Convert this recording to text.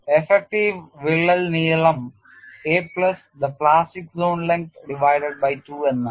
effective വിള്ളൽ നീളം a plus the plastic zone length divided by 2 എന്നാണ്